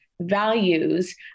values